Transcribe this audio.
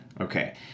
Okay